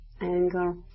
anger